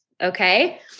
Okay